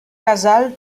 casal